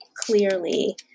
clearly